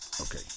Okay